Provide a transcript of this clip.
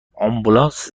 آمبولانس